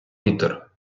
вітер